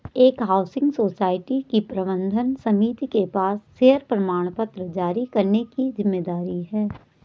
एक housing society की प्रबंध समिति के पास शेयर प्रमाणपत्र जारी करने की जिम्मेदारी है